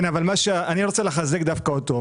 אני רוצה לחזק דווקא אותו.